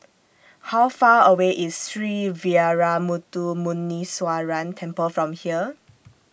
How Far away IS Sree Veeramuthu Muneeswaran Temple from here